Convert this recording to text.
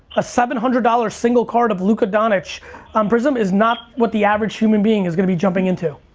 a seven hundred dollars single card of luka doncic um prizm is not what the average human being is gonna be jumping into.